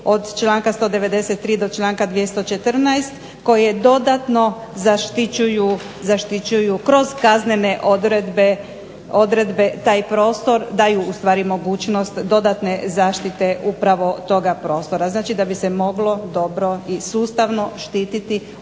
od članka 193. do 214. koje dodatno zaštićuju kroz kaznene odredbe taj prostor, daju ustvari mogućnost dodatne zaštite upravo toga prostora. Znači da bi se moglo dobro i sustavno štititi